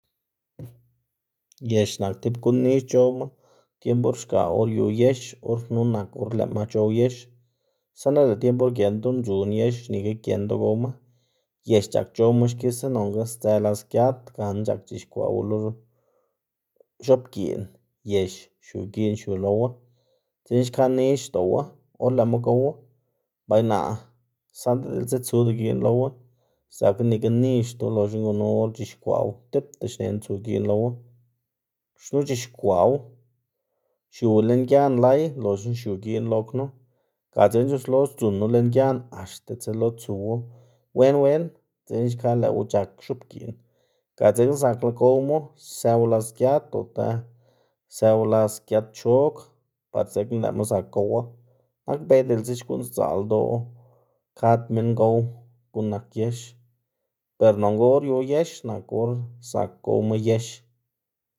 yex nak tib guꞌn nix c̲h̲owma, tiemb or xgaꞌ or yu yex or knu nak or lëꞌma c̲h̲ow yex, saꞌnda lëꞌ tiemb or giendu ndzun yex nika giendu gowma. Yex c̲h̲ak c̲h̲owma xkisa nonga sdzë las giat gana c̲h̲ak c̲h̲ixkwaꞌwu lo x̱oꞌbgiꞌn yex xiu giꞌn xiu lowu, dzekna xka nix xdoꞌwu or lëꞌma gowu, bay naꞌ saꞌnda diꞌltsa tsuda giꞌn lowu zakná nika nixdu loxna gunu or c̲h̲ixkwaꞌwu tipta xnená tsu giꞌn lowu. Xnu c̲h̲ixkwaꞌwu xiuwu lën gian lay loxna xiu giꞌn lo knu, ga dzekna c̲h̲uslo sdzunu lën gian axta tselo tsunu wen wen, dzekna xka lëꞌwu c̲h̲ak x̱oꞌbgiꞌn, ga dzekna zakla gowmu sëwu las giat o zak sëwu las giat chog par dzekna xka lëꞌma zak gowu, nakbey diꞌltsa xkuꞌn sdzaꞌl ldoꞌ kad minn gow gu'n nak yex, ber nonga or yu yex nak or zak gowma yex.